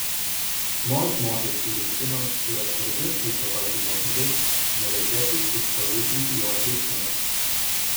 nors mokesčių rinkimas yra svarbi ūkio valdymo dalis nereikėtų suabsoliutinti jos reikšmės